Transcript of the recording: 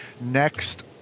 Next